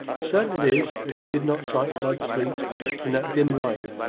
certain it is that they did not sight blood's fleet in that dim light